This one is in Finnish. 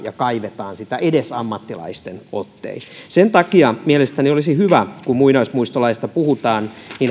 ja kaivetaan edes ammattilaisten ottein sen takia mielestäni olisi hyvä kun muinaismuistolaista puhutaan